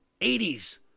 80s